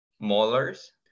molars